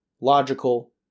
logical